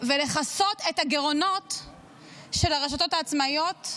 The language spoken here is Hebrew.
ולכסות את הגירעונות של הרשתות העצמאיות החרדיות.